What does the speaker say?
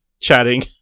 chatting